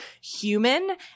human